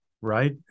right